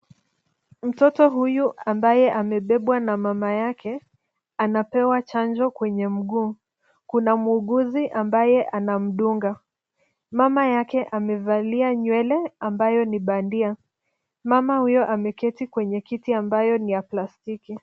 Mtoto huyu ambaye amebebwa na mama yake anapewa chanjo kwenye mguu. Kuna muuguzi ambaye anamdunga. Mama yake amevalia nywele ambayo ni bandia. Mama huyo ameketi kwenye kiti ambayo ni ya plastiki.